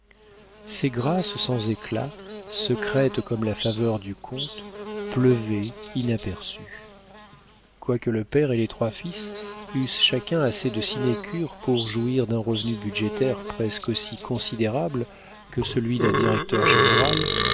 ces grâces sans éclat secrètes comme la faveur du comte pleuvaient inaperçues quoique le père et les trois fils eussent chacun assez de sinécures pour jouir d'un revenu budgétaire presque aussi considérable que celui d'un directeur-général